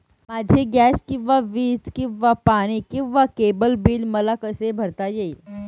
माझे गॅस किंवा वीज किंवा पाणी किंवा केबल बिल मला कसे भरता येईल?